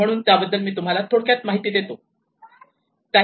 म्हणून त्याबद्दल मी तुम्हाला थोडक्यात माहिती देतो